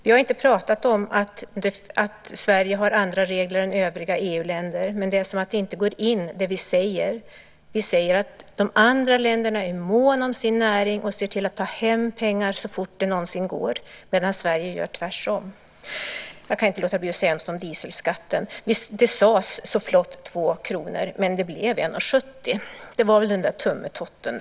Vi har inte pratat om att Sverige skulle ha andra regler än övriga EU-länder, men det vi säger verkar inte gå in. Vi säger att de andra länderna är måna om sin näring och ser till att ta hem pengarna så fort de någonsin kan medan Sverige gör tvärtom. Jag kan inte låta bli att säga något om dieselskatten. Det sades så flott att det var fråga om 2 kr, men det blev ju bara 1:70. Det var väl den där tummetotten.